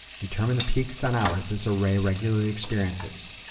determine the peak sun hours this array regularly experiences.